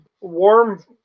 warm